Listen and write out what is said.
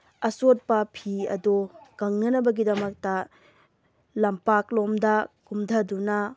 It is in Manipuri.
ꯑꯆꯣꯠꯄ ꯐꯤ ꯑꯗꯣ ꯀꯪꯅꯅꯕꯒꯤꯗꯃꯛꯇ ꯂꯝꯄꯥꯛꯂꯣꯝꯗ ꯀꯨꯝꯊꯗꯨꯅ